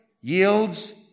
yields